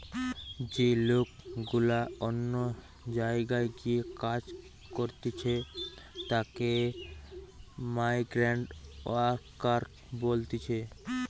যে লোক গুলা অন্য জায়গায় গিয়ে কাজ করতিছে তাকে মাইগ্রান্ট ওয়ার্কার বলতিছে